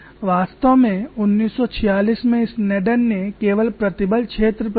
वास्तव में 1946 में स्नेडन ने केवल प्रतिबल क्षेत्र प्रदान किया